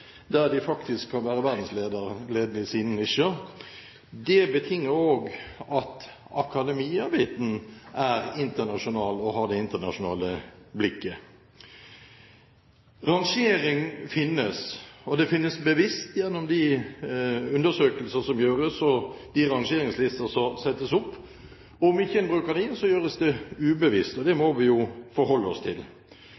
der de faktisk kan være verdensledende i sine nisjer. Det betinger også at akademiabiten er internasjonal og har det internasjonale blikket. Rangering finnes, og det finnes bevisst gjennom de undersøkelser som gjøres, og de rangeringslister som settes opp. Selv om en ikke bruker dem, gjøres det ubevisst, og det